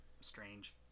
strange